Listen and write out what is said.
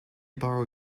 borrow